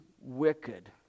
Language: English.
wicked